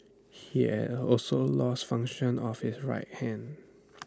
he had also lost function of his right hand